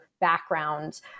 background